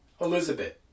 Elizabeth